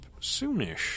soonish